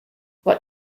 what